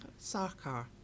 Sarkar